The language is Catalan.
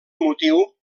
motiu